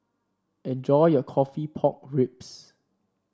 enjoy your coffee Pork Ribs